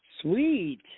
Sweet